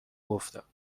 گفتم